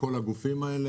האלה,